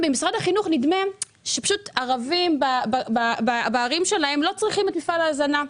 במשרד החינוך נדמה שבערים של הערבים לא צריך את מפעל ההזנה,